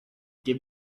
give